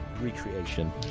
recreation